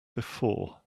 before